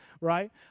right